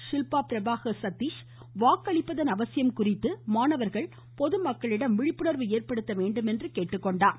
ஷில்பா பிரபாகா் சதீஷ் வாக்களிப்பதன் அவசியம் குறித்து மாணவா்கள் பொதுமக்களிடம் விழிப்புணா்வு ஏற்படுத்த வேண்டும் என்று கேட்டுக்கொண்டாா்